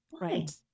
Right